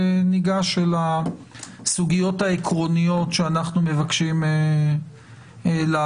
וניגש אל הסוגיות העקרוניות שאנחנו מבקשים להעלות.